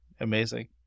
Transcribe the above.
amazing